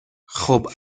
خوب